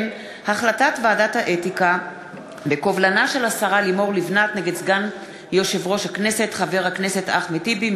החלטת ועדת האתיקה בקובלנה של השרה לימור לבנת נגד חבר הכנסת אחמד טיבי,